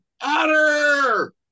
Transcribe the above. Otter